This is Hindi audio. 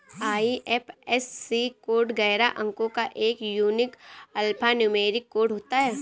आई.एफ.एस.सी कोड ग्यारह अंको का एक यूनिक अल्फान्यूमैरिक कोड होता है